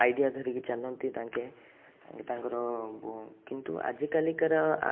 idea ଧରିକି ଚାଲନ୍ତି ତାଙ୍କେ ତାଙ୍କେ ତାଙ୍କର ବ କିନ୍ତୁ ତାଙ୍କର ଆଜିକାଲିକାର